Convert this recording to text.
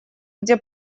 где